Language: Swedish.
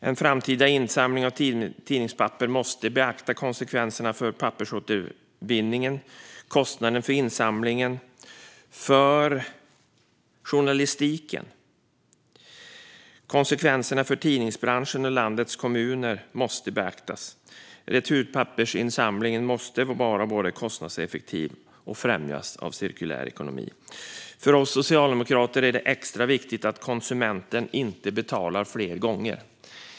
En framtida insamling av tidningspapper måste beakta konsekvenserna för pappersåtervinningen, kostnaden för insamlingen och konsekvenserna för journalistiken. Konsekvenserna för tidningsbranschen och landets kommuner måste beaktas. Returpappersinsamlingen måste vara kostnadseffektiv och främja cirkulär ekonomi. För oss socialdemokrater är det extra viktigt att konsumenten inte betalar flera gånger.